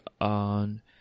on